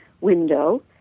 window